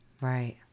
Right